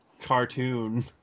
cartoon